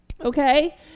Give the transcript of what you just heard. Okay